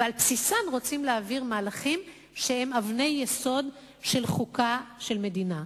ועל בסיסן רוצים להעביר מהלכים שקשורים לאבני יסוד של חוקה של מדינה.